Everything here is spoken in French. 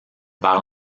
vers